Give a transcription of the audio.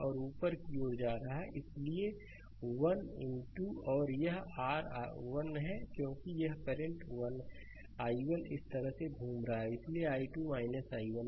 और ऊपर की ओर जा रहा है इसलिए 1 और यह r i1 है क्योंकि करंट i1 इस तरह से घूम रहा है इसलिए i2 i1